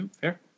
Fair